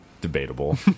Debatable